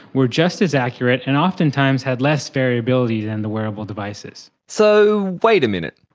were just as accurate, and oftentimes had less variability than the wearable devices. so, wait a minute,